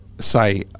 say